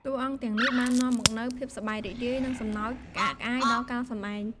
តួអង្គទាំងនេះបាននាំមកនូវភាពសប្បាយរីករាយ និងសំណើចក្អាកក្អាយដល់ការសម្តែង។